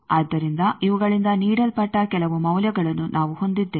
ಆದ್ದರಿಂದ ಇವುಗಳಿಂದ ನೀಡಲ್ಪಟ್ಟ ಕೆಲವು ಮೌಲ್ಯಗಳನ್ನು ನಾವು ಹೊಂದಿದ್ದೇವೆ